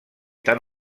tan